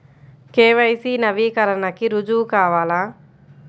KYC నవీకరణకి రుజువు కావాలా?